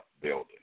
building